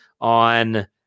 on